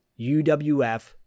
UWF